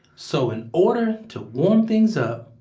so in order to warm things up,